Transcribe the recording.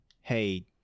Hey